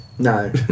No